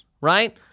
right